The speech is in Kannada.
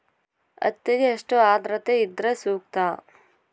ಹತ್ತಿಗೆ ಎಷ್ಟು ಆದ್ರತೆ ಇದ್ರೆ ಸೂಕ್ತ?